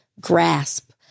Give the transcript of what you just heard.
grasp